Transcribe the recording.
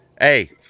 Hey